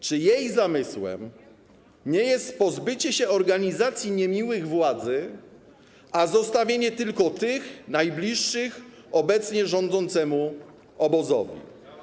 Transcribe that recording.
Czy jej zamysłem nie jest pozbycie się organizacji niemiłych władzy, a zostawienie tylko tych najbliższych obecnie rządzącemu obozowi?